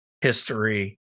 history